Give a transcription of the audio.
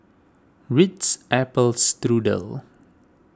Ritz Apple Strudel